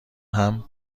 همه